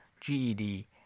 GED